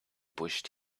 pushed